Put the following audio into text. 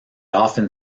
often